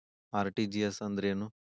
RTGS ಅಂದ್ರೇನು?